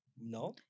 no